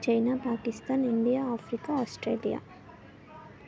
China Pakistan India Africa Australia